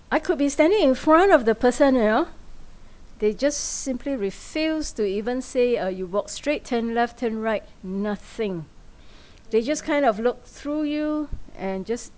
I could be standing in front of the person you know they just simply refused to even say uh you walk straight turn left turn right nothing they just kind of look through you and just